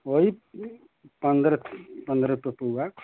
वही पंद्रह पंद्रह रुपये पउआ